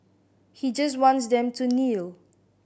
he just wants them to kneel